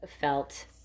Felt